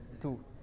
two